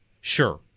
Sure